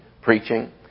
preaching